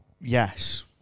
Yes